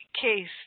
case